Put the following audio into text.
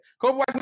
Kobe